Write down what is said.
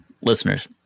listeners